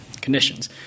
conditions